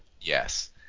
Yes